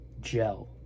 gel